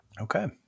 Okay